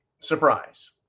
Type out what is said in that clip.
surprise